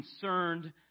concerned